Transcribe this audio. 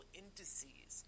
indices